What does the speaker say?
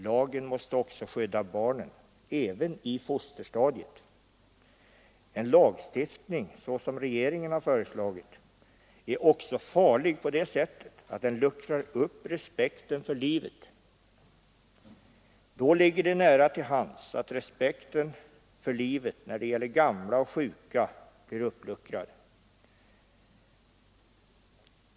Lagen måste också skydda barnen — även i fosterstadiet. En lagstiftning sådan som regeringen föreslagit är även farlig på det sättet att den luckrar upp respekten för livet. Då ligger det nära till hands att respekten för livet när det gäller gamla och sjuka blir uppluckrad.